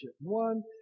one